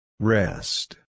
Rest